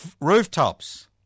rooftops